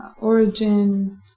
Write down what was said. origin